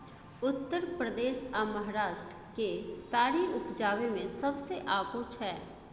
उत्तर प्रदेश आ महाराष्ट्र केतारी उपजाबै मे सबसे आगू छै